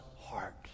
heart